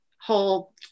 whole